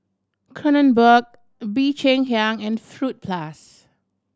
Kronenbourg Bee Cheng Hiang and Fruit Plus